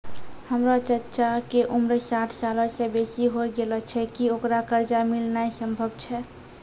हमरो चच्चा के उमर साठ सालो से बेसी होय गेलो छै, कि ओकरा कर्जा मिलनाय सम्भव छै?